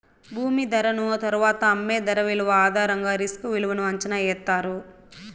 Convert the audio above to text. భూమి ధరను తరువాత అమ్మే ధర విలువ ఆధారంగా రిస్క్ విలువను అంచనా ఎత్తారు